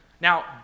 Now